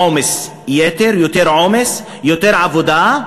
עומס יתר, יותר עומס, יותר עבודה,